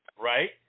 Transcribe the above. right